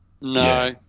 No